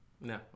no